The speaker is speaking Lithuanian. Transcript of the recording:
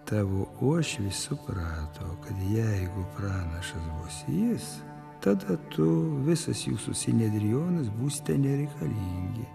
tavo uošvis suprato kad jeigu pranašas bus jis tada tu visas jūsų sinedrionas būste nereikalingi